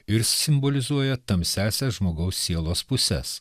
ir simbolizuoja tamsiąsias žmogaus sielos puses